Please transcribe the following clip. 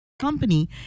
company